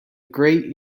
great